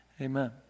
Amen